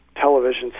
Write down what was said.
television